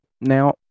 Now